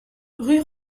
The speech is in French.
rue